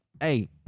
hey